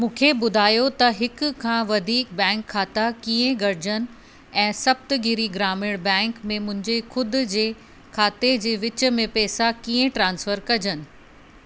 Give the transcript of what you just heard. मूंखे ॿुधायो त हिक खां वधीक बैंक खाता कीअं गॾजनि ऐं सप्तगिरी ग्रामीण बैंक में मुंहिंजे ख़ुदि जे खाते जे विच में पेसा कीअं ट्रान्सफर कनि